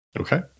Okay